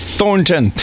Thornton